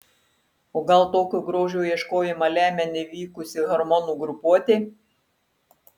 o gal tokį grožio ieškojimą lemia nevykusi hormonų grupuotė